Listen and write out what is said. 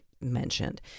mentioned